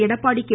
Edappadi K